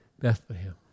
Bethlehem